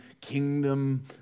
kingdom